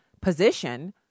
position